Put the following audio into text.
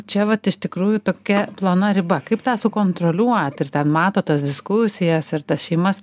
čia vat iš tikrųjų tokia plona riba kaip tą sukontroliuoti ir ten mato tas diskusijas ir tas šeimas